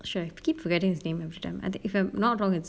shit I keep forgetting his name every time if I'm not wrong it's